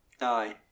Aye